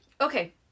okay